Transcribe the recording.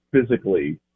physically